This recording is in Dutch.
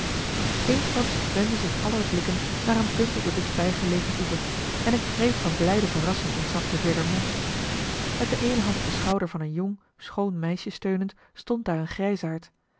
eensklaps wendden zich aller blikken naar een punt op den dichtstbijgelegen oever en een kreet van blijde verrassing ontsnapte veler mond met de eene hand op den schouder van een jong schoon meisje steunend stond daar een